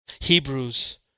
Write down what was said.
Hebrews